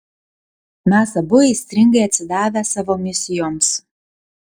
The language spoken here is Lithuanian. mes abu aistringai atsidavę savo misijoms